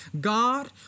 God